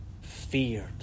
feared